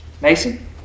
Mason